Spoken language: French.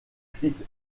fils